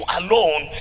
alone